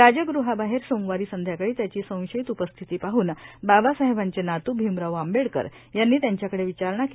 जगृहाबाहेर सोमवारी संध्याकाळी त्याची संशयित उपस्थिती पाहून बाबासाहेबांचे नातू भिमराव आंबेडकर यांनी त्याच्याकडे विचारणा केली होती